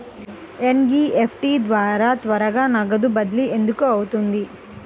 NEFT ద్వారా త్వరగా నగదు బదిలీ ఎందుకు అవుతుంది?